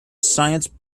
science